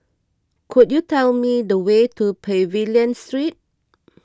could you tell me the way to Pavilion Street